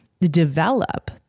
develop